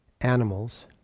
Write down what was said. animals